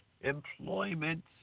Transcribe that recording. Employment